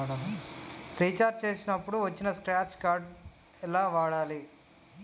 Recharge చేసినప్పుడు వచ్చిన scratch card ఎలా వాడాలి?